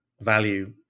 value